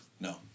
no